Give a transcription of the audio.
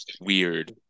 weird